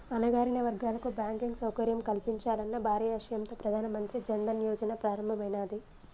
అణగారిన వర్గాలకు బ్యాంకింగ్ సౌకర్యం కల్పించాలన్న భారీ ఆశయంతో ప్రధాన మంత్రి జన్ ధన్ యోజన ప్రారంభమైనాది